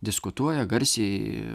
diskutuoja garsiai